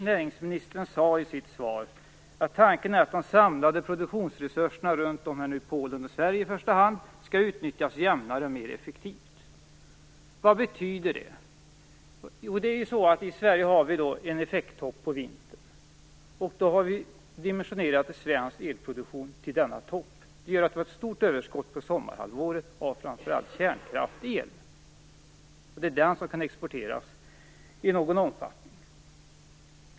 Näringsministern sade i sitt svar att tanken är att de samlade produktionsresurserna i Polen och i Sverige i första hand skall utnyttjas jämnare och mer effektivt. Vad betyder det? I Sverige har vi en effekttopp på vintern, och vi har dimensionerat svensk elproduktion till denna topp. Det gör att vi har ett stort överskott på sommarhalvåret av framför allt kärnkraftsel. Det är den som kan exporteras i någon omfattning.